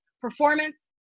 Performance